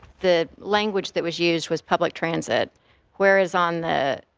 the language that was used was public transit where is on the.